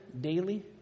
daily